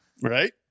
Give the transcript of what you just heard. Right